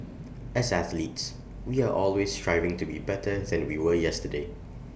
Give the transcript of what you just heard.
as athletes we are always striving to be better than we were yesterday